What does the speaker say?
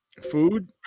Food